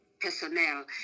personnel